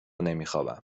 نمیخوابم